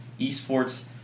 esports